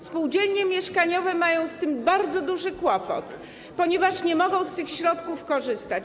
Spółdzielnie mieszkaniowe mają z tym bardzo duży kłopot, ponieważ nie mogą z tych środków korzystać.